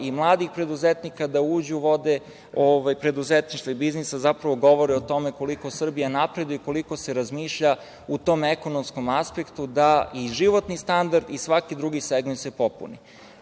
i mladih preduzetnika da uđu u vode preduzetništva i biznisa, zapravo govore o tome koliko Srbija napreduje i koliko se razmišlja u tom ekonomskom aspektu, da i životni standard i svaki drugi segment se popuni. Novi